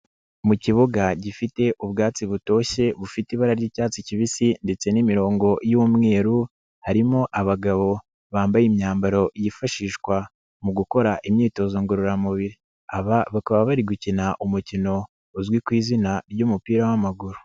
Mu kibuga gifite ubwatsi butoshye bufite ibara ry'icyatsi kibisi ndetse n'imirongo y'umweru harimo abagabo bambaye imyambaro yifashishwa mu gukora imyitozo ngororamubiri, aba bakaba bari gukina umukino uzwi ku izina ry'umupira w'amaguru.